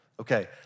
Okay